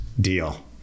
deal